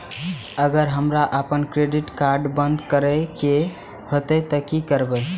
अगर हमरा आपन क्रेडिट कार्ड बंद करै के हेतै त की करबै?